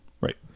Right